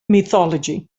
mythology